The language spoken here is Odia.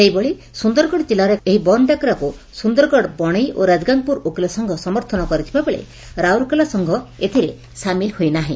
ସେହିଭଳି ସୁନ୍ଦରଗଡ ଜିଲ୍ଲାର ଏହି ବନ୍ଦ ଡାକରାକୁ ସୁନ୍ଦରଗଡ ବଶେଇ ଓ ରାଜଗାଙ୍ଗପୁର ଓକିଲ ସଂଘ ସମର୍ଥନ କରିଥିବାବେଳେ ରାଉରକେଲା ସଂଘ ଏଥିରେ ସାମିଲ ହୋଇନାହି